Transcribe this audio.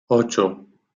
ocho